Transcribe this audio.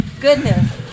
Goodness